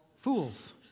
fools